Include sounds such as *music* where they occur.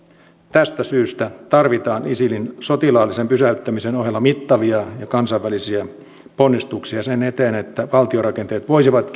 tästä syystä tarvitaan isilin sotilaallisen pysäyttämisen ohella mittavia ja kansainvälisiä ponnistuksia sen eteen että valtiorakenteet voisivat *unintelligible*